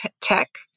tech